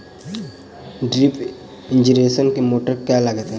Drip irrigation मे motor केँ लागतै?